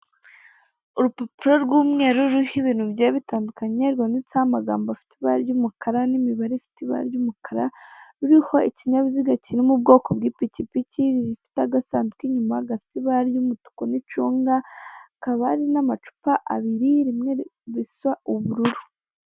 Urupapuro rw'umweru ruriho ibintu byariba bitandukanye rwanditseho amagambo afite ibara ry'umukara n'imibare ifite ibara ry'umukara, ruriho ikinyabiziga kiri mu bwoko bw'ipikipiki rifite agasanduku inyuma gafite ibara ry'umutuku n'icunga, hakaba hari n'amacupa abiri rimwe bisa ubururu.